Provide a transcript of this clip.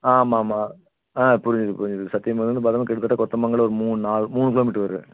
ஆமாம்மா ஆ புரியுது புரியுது சத்தியமங்கலத்திலேருந்து பார்த்தோன்னா கிட்டத்தட்ட கொத்தமங்கலம் ஒரு மூணு நாலு மூணு கிலோமீட்டர் வரும்